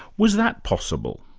was that possible?